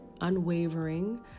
unwavering